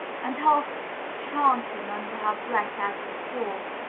and half chanting under her breath, as before,